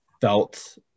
felt